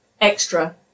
extra